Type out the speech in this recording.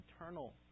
eternal